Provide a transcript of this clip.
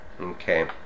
Okay